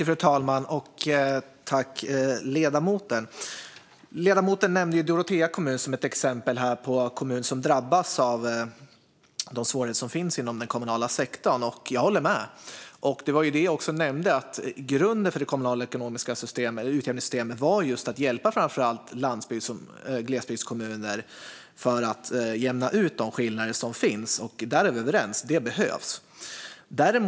Fru talman! Ledamoten nämnde Dorotea kommun som exempel på en kommun som drabbas av de svårigheter som finns inom den kommunala sektorn. Jag håller med. Som jag nämnde var grunden för det kommunala ekonomiska utjämningssystemet just att hjälpa framför allt landsbygds och glesbygdskommuner genom att jämna ut de skillnader som finns. Det behövs, och där är vi överens.